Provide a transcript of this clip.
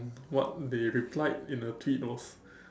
what they replied in a plead was